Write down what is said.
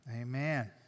Amen